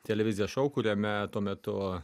televizijos šou kuriame tuo metu